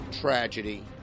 tragedy